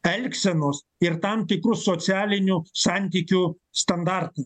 elgsenos ir tam tikrų socialinių santykių standartų